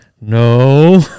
no